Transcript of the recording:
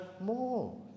more